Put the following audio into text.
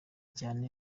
cyane